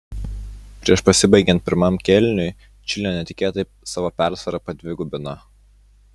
prieš pasibaigiant pirmam kėliniui čilė netikėtai savo persvarą padvigubino